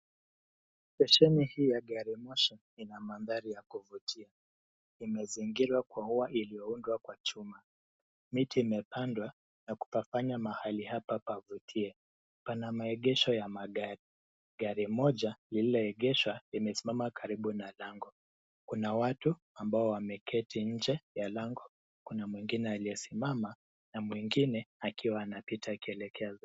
Stesheni hii ya garimoshi ina mandhari ya kuvutia. Imezingirwa kwa ua iliyoundwa kwa chuma. Miti imepandwa na kupafanya mahali hapa pavutie. Pana maegesho ya magari. Gari moja lililoegeshwa limesimama karibu na lango. Kuna watu ambao wameketi nje ya lango, kuna mwingine aliyesimama na mwingine akiwa anapita akielekea zake.